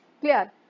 clear